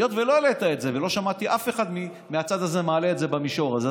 היות שלא העלית את זה ולא שמעתי אף אחד מהצד הזה מעלה את זה במישור הזה,